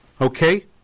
Okay